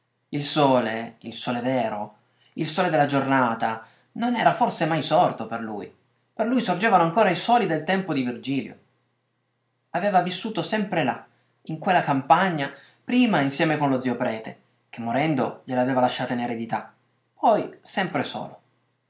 il sole il sole vero il sole della giornata non era forse mai sorto per lui per lui sorgevano ancora i soli del tempo di virgilio aveva vissuto sempre là in quella campagna prima insieme con lo zio prete che morendo gliel'aveva lasciata in eredità poi sempre solo